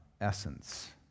essence